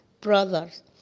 brothers